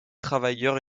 travailleurs